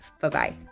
Bye-bye